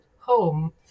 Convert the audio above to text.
home